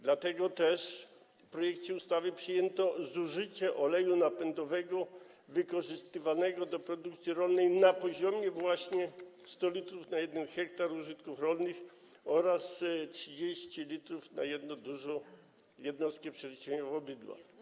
Dlatego też w projekcie ustawy przyjęto zużycie oleju napędowego wykorzystywanego do produkcji rolnej na poziomie właśnie 100 l na 1 ha użytków rolnych oraz 30 l na jedną dużą jednostkę przeliczeniową bydła.